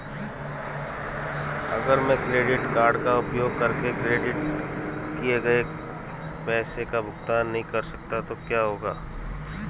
अगर मैं credit card का उपयोग करके क्रेडिट किए गए पैसे का भुगतान नहीं कर सकता तो क्या होगा?